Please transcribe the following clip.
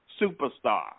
superstar